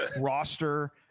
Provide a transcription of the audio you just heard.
roster